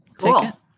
Cool